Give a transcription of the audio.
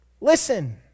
Listen